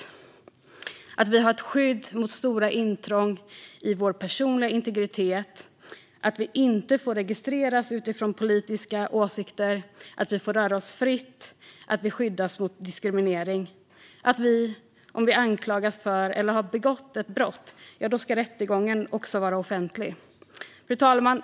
Det handlar också om att vi har ett skydd mot stora intrång i vår personliga integritet, att vi inte får registreras utifrån politiska åsikter, att vi får röra oss fritt, att vi skyddas mot diskriminering och att rättegången ska vara offentlig om vi anklagas för eller har begått ett brott. Fru talman!